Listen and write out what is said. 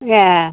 ए